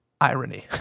irony